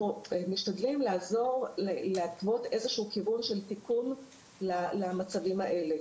אנחנו משתדלים לעזור להתוות איזשהו כיוון של תיקון למצבים האלה.